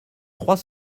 trois